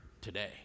today